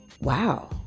wow